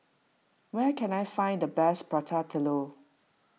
where can I find the best Prata Telur